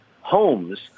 homes